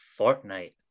Fortnite